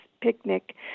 Picnic